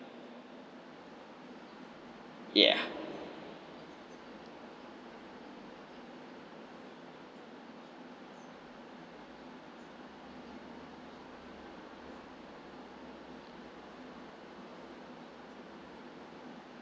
yeah